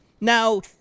Now